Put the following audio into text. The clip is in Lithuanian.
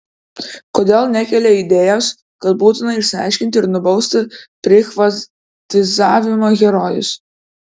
kodėl nekelia idėjos kad būtina išsiaiškinti ir nubausti prichvatizavimo herojus